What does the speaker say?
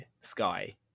sky